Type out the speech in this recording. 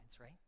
right